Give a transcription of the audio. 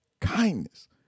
kindness